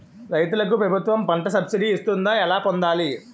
రైతులకు ప్రభుత్వం పంట సబ్సిడీ ఇస్తుందా? ఎలా పొందాలి?